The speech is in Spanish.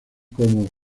como